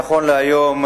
נכון להיום,